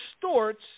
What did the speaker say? distorts